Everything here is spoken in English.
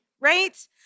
Right